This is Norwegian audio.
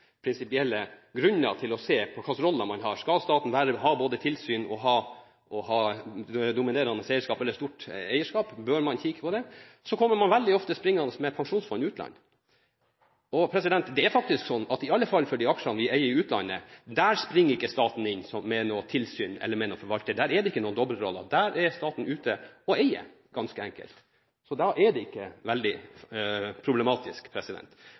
prinsipielle grunner for å se på hva slags roller man har og om staten skal ha både tilsyn og dominerende – stort – eierskap, eller om man bør kikke på det, veldig ofte kommer springende med Statens pensjonsfond utland. Det er faktisk sånn at i alle fall for de aksjene vi eier i utlandet, springer ikke staten inn med noe tilsyn eller med noen forvalter. Der er det ikke noen dobbeltrolle. Der er staten ute og eier, ganske enkelt, så da er det ikke veldig problematisk.